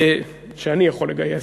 שאני יכול לגייס,